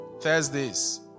Thursdays